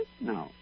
No